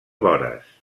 vores